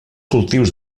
cultius